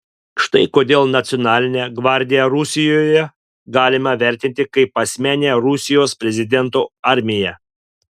štai kodėl nacionalinę gvardiją rusijoje galima vertinti kaip asmeninę rusijos prezidento armiją